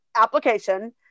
application